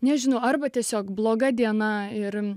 nežino arba tiesiog bloga diena ir